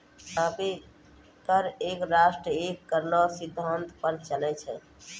अबै कर एक राष्ट्र एक कर रो सिद्धांत पर चलै छै